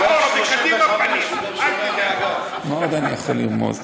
מאחורה, מקדימה, פנים, מה עוד אני יכול לרמוז?